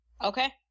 okay